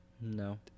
no